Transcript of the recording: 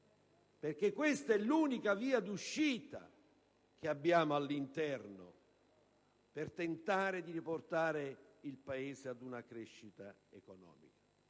perché questa è l'unica via di uscita che abbiamo all'interno per tentare di riportare il Paese ad una crescita economica.